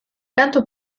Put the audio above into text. kantu